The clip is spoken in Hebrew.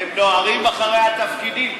הם נוהרים אחרי התפקידים.